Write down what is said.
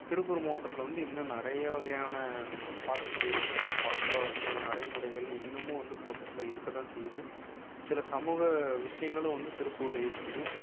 திருப்பூர் மாவட்டத்தில் வந்து இன்னும் நிறைய வகையான பார்க்கக்கூடிய விஷயங்கள் பழக்க வழக்கங்கள் நடைமுறைகள் இன்னமும் வந்து பக்கத்தில் இருக்கற தான் செய்யுது சில சமூக விஷயங்களும் வந்து திருப்பூரில் இருக்குது